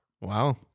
Wow